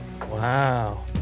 Wow